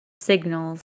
signals